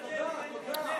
תודה, תודה.